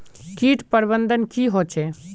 किट प्रबन्धन की होचे?